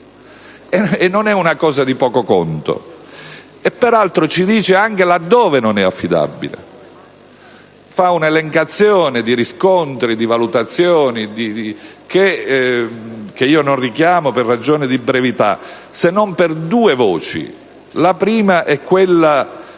e non è una cosa di poco conto. Peraltro, specifica anche dove non è affidabile con una elencazione di riscontri, di valutazioni, che non richiamo per ragioni di brevità, se non per due voci. La prima è quella